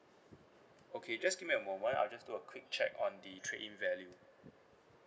okay just give me a moment I'll just do a quick check on the trade in value